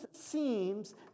seems